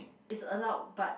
it's allowed but